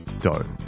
dough